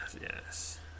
yes